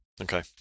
Okay